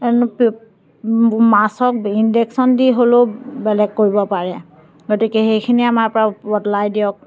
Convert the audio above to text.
কাৰণ মাছক ইনজেকশ্যন দি হ'লেও বেলেগ কৰিব পাৰে গতিকে সেইখিনি আমাৰ পৰা বদলাই দিয়ক